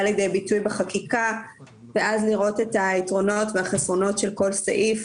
לידי ביטוי בחקיקה ואז לראות את היתרונות והחסרונות של כל סעיף.